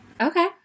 Okay